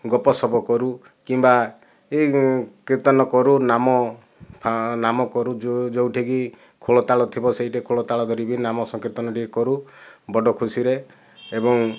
ଗପସପ କରୁ କିମ୍ବା ଏଇ କୀର୍ତ୍ତନ କରୁ ନାମ ନାମ କରୁ ଯୋଉ ଯୋଉଠିକି ଖୋଳତାଳ ଥିବ ସେଇଠି ଖୋଳତାଳ କରିକି ନାମ ସଂକୀର୍ତ୍ତନ ଟିକେ କରୁ ବଡ଼ ଖୁସିରେ ଏବଂ